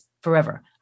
forever